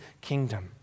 kingdom